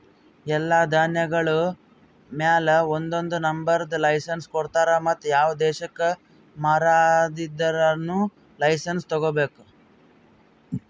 ಎಲ್ಲಾ ಧಾನ್ಯಗೊಳ್ ಮ್ಯಾಲ ಒಂದೊಂದು ನಂಬರದ್ ಲೈಸೆನ್ಸ್ ಕೊಡ್ತಾರ್ ಮತ್ತ ಯಾವ ದೇಶಕ್ ಮಾರಾದಿದ್ದರೂನು ಲೈಸೆನ್ಸ್ ತೋಗೊಬೇಕು